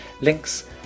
links